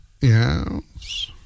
yes